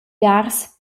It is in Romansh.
biars